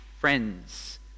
friends